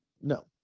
No